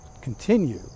continue